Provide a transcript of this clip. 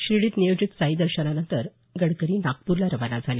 शिर्डीत नियोजित साईदर्शनानंतर गडकरी नागपूरला रवाना झाले